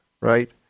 right